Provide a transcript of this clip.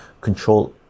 control